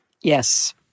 Yes